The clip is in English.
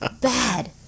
bad